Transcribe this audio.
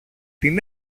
την